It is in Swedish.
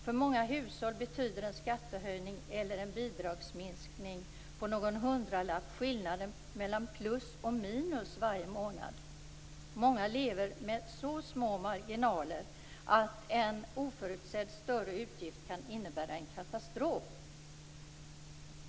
För många hushåll betyder en skattehöjning eller en bidragsminskning på någon hundralapp skillnaden mellan plus och minus varje månad. Många lever med så små marginaler att en oförutsedd, större utgift kan innebära en katastrof.